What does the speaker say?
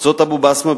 מועצת אבו-בסמה,